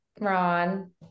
Ron